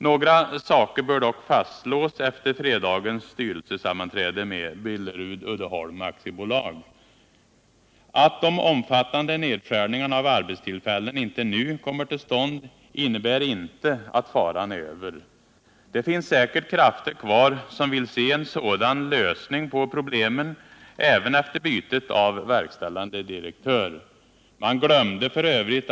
Några saker bör dock fastslås efter fredagens styrelsesammanträde med Billerud-Uddeholm AB. Att de omfattande nedskärningarna av arbetstillfällena inte nu kommer till stånd innebär inte att faran är över. Det finns säkert krafter kvar som vill se en sådan ”lösning” på problemen, även efter bytet av verkställande direktör. Man ”glömde” f.ö.